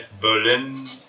Berlin